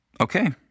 Okay